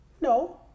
No